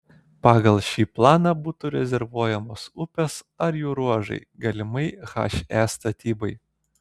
pagal šį planą būtų rezervuojamos upės ar jų ruožai galimai he statybai